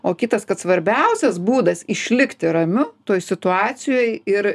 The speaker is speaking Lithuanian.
o kitas kad svarbiausias būdas išlikti ramiu toj situacijoj ir